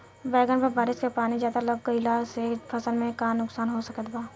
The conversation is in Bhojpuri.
बैंगन पर बारिश के पानी ज्यादा लग गईला से फसल में का नुकसान हो सकत बा?